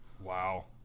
Wow